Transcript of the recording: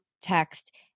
text